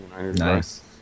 Nice